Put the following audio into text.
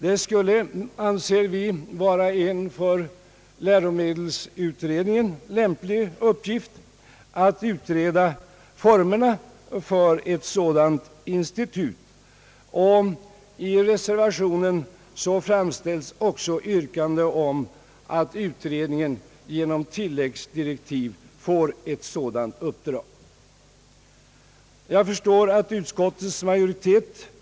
Det skulle, anser vi, vara en för läromedelsutredningen lämplig uppgift att utreda formerna för ett sådant institut. I reservationen framställs också yrkande om att utredningen genom tilläggsdirektiv får ett sådant uppdrag. Jag förstår att utskottets majoritet vill Ang.